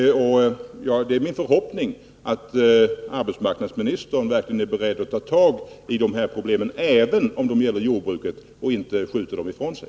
Det är min förhoppning att arbetsmarknadsministern verkligen är beredd att ta tag i dessa problem, även om de gäller jordbruket, och inte skjuter dem ifrån sig.